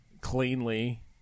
cleanly